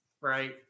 right